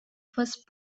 first